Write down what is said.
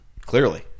Clearly